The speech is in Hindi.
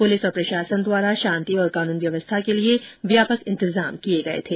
पुलिस और प्रशासन द्वारा शांति और कानून व्यवस्था के लिए व्यापक इंतजाम किए गए थे